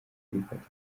kwifata